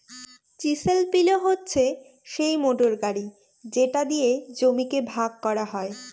chisel plough হচ্ছে সিই motor গাড়ি যেটা দিয়ে জমিকে ভাগ করা হয়